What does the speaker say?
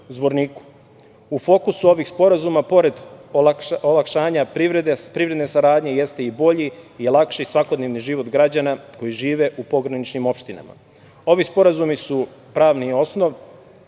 fokusu ovih sporazuma, pored olakšanja privredne saradnje, jeste i bolji i lakši svakodnevni život građana koji žive u pograničnim opštinama. Ovi sporazumi su pravni osnov